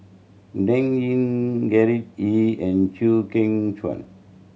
Dan Ying Gerard Ee and Chew Kheng Chuan